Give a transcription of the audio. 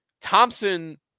Thompson